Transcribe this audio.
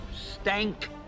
stank